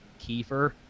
Kiefer